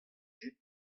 din